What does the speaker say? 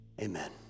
amen